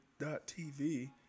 TV